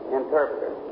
interpreter